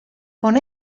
con